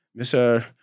Mr